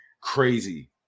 crazy